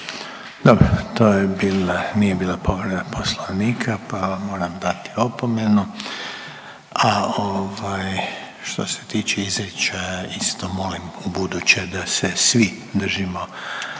bila, nije bila povreda Poslovnika pa vam moram dati opomenu, a ovaj što se tiče izričaja isto molim u buduće da se svi držimo primjerenog